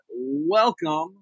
welcome